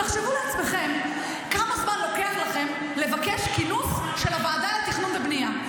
תחשבו לעצמכם כמה זמן לוקח לכם לבקש כינוס של הוועדה לתכנון ובנייה.